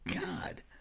God